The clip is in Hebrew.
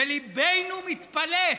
וליבנו מתפלץ.